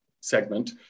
segment